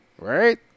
right